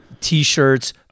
T-shirts